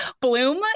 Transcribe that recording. bloom